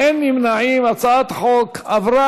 להעביר את הצעת חוק חינוך חינם לילדים חולים (תיקון מס' 3)